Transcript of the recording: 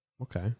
Okay